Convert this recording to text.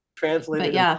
translated